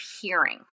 hearing